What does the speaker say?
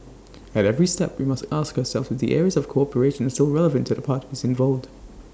at every step we must ask ourselves the areas of cooperation still relevant to the parties involved